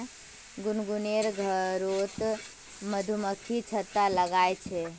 गुनगुनेर घरोत मधुमक्खी छत्ता लगाया छे